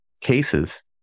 cases